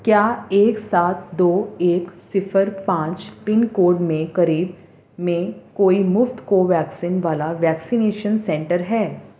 کیا ایک سات دو ایک صفر پانچ پن کوڈ میں قریب میں کوئی مفت کو ویکسین والا ویکسینیشن سنٹر ہے